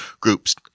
groups